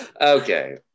Okay